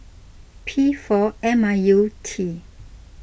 P four M I U T